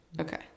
okay